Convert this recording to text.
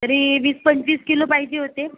तरी वीस पंचवीस किलो पाहिजे होते